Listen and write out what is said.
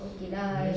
okay lah